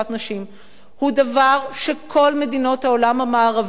הוא דבר שכל מדינות העולם המערבי חולקות אותו.